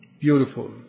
Beautiful